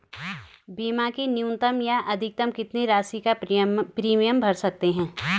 बीमा की न्यूनतम या अधिकतम कितनी राशि या प्रीमियम भर सकते हैं?